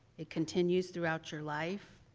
it continues throughout your life.